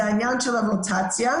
זה העניין של הרוטציה.